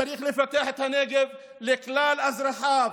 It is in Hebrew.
צריך לפתח את הנגב לכלל אזרחיו,